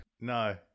No